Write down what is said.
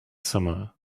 summer